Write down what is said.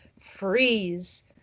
freeze